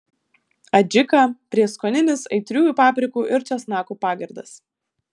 adžika prieskoninis aitriųjų paprikų ir česnakų pagardas